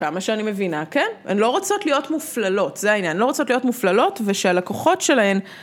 כמה שאני מבינה כן, הן לא רוצות להיות מופללות זה העניין, לא רוצות להיות מופללות ושהלקוחות שלהן